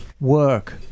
work